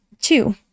two